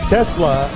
Tesla